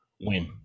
Win